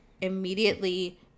immediately